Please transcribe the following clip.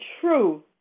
true